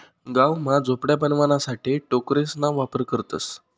गाव मा झोपड्या बनवाणासाठे टोकरेसना वापर करतसं